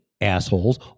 assholes